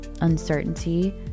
uncertainty